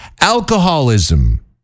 Alcoholism